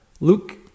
Luke